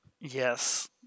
Yes